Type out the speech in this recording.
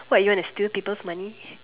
so are you going to steal people's money